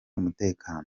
umutekano